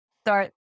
start